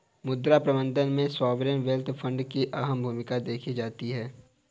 मुद्रा प्रबन्धन में सॉवरेन वेल्थ फंड की अहम भूमिका देखी जाती है